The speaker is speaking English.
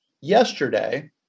yesterday